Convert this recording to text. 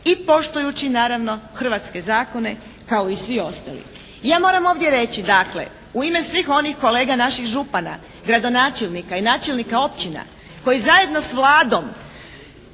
i poštujući naravno hrvatske zakone kao i svi ostali. Ja moram ovdje reći dakle u ime svih onih kolega naših župana, gradonačelnika i načelnika općina koji zajedno s Vladom